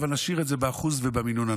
אבל נשאיר את זה באחוז ובמינון נמוך.